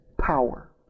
power